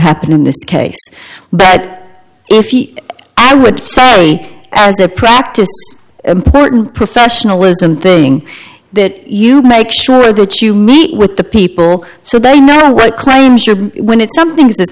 happen in this case but i would say as a practice important professionalism thing that you make sure that you meet with the people so they know what it claims or when it's something th